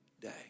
day